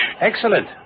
Excellent